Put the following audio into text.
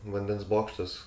vandens bokštas